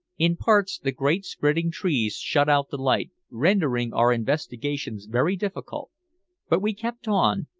in parts, the great spreading trees shut out the light, rendering our investigations very difficult but we kept on,